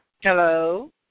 Hello